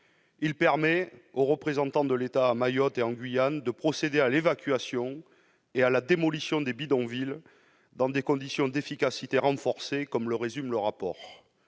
Il permet aux représentants de l'État à Mayotte et en Guyane de procéder à l'évacuation et à la démolition des bidonvilles, dans des conditions d'efficacité renforcées, comme le résume le rapport.